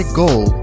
goal